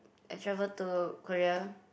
I travel to Korea